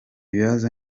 bibazo